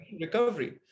recovery